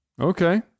Okay